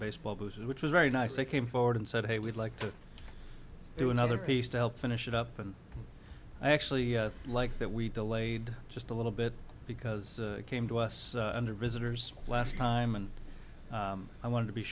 baseball which was very nice they came forward and said hey we'd like to do another piece to help finish it up and i actually like that we delayed just a little bit because it came to us under visitors last time and i want to be